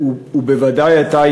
ובוודאי אתה,